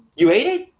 you ate it?